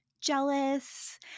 jealous